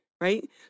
Right